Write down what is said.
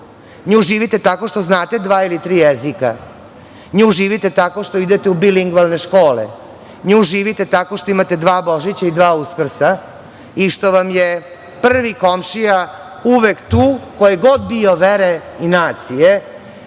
nju živite tako što znate dva ili tri jezika, nju živite tako što idete u bilingvalne škole, nju živite tako što imate dva Božića i dva Uskrsa i što vam je prvi komšija uvek tu koje god bio vere i nacije